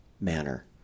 manner